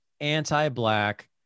anti-black